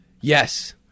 Yes